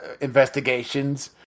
investigations